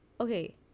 okay